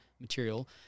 material